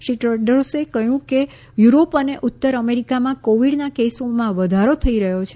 શ્રી ટેડ્રોસે કહ્યું કે યુરોપ અને ઉતર અમેરિકામાં કોવિડના કેસોમાં વધારો થઇ રહ્યો છે